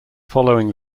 following